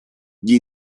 gli